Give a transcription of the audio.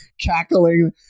cackling